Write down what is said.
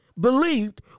believed